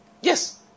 Yes